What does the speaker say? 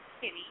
Kitty